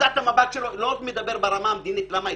לא מדבר ברמה המדינית אלא בפועל.